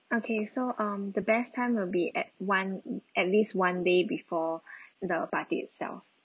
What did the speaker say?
okay so um the best time will be at one uh at least one day before the party itself